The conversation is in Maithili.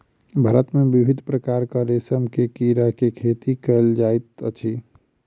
भारत मे विभिन्न प्रकारक रेशम के कीड़ा के खेती कयल जाइत अछि